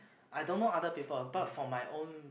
I don't know other people but for my own